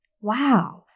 Wow